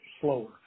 slower